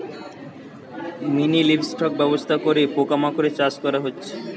mini livestock ব্যবস্থা করে পোকা মাকড়ের চাষ করা হচ্ছে